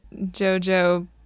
Jojo